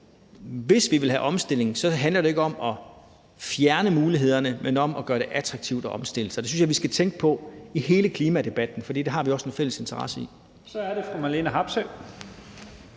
hvis vi vil have omstilling, handler det ikke om at fjerne mulighederne, men om at gøre det attraktivt at omstille sig. Det synes jeg vi skal tænke på i hele klimadebatten, for det har vi også en fælles interesse i. Kl. 16:06 Første